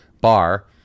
bar